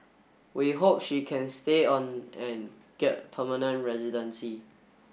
we hope she can stay on and get permanent residency